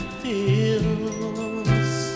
feels